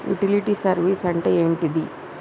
Utility service అంటే ఏంటిది?